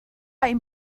ein